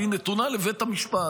והיא נתונה לבית המשפט.